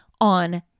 on